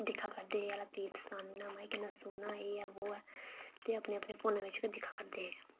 दिक्खै करदे हे एह् आह्ला तीर्थ स्थान माए किन्ना सोह्ना ऐ एह् ऐ वो ऐ ते अपने अपने फोनै बिच गै दिक्खै करदे हे